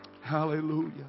Hallelujah